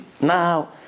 Now